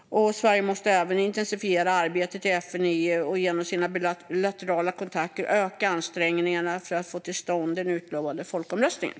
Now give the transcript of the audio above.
Sverige måste även intensifiera arbetet i FN och EU och genom sina bilaterala kontakter öka ansträngningarna för att få till stånd den utlovade folkomröstningen.